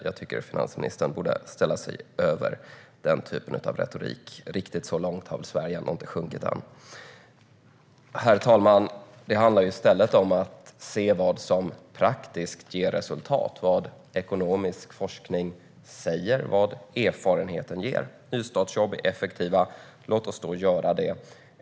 Jag tycker att finansministern borde ställa sig över denna typ av retorik. Riktigt så långt har väl Sverige ändå inte sjunkit än? Herr talman! Det handlar i stället om att se vad som praktiskt ger resultat, vad ekonomisk forskning säger och vad erfarenheten ger. Nystartsjobb är effektiva. Låt oss då ha sådana.